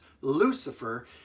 Lucifer